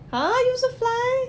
!huh! 又是 fly